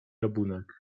rabunek